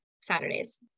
Saturdays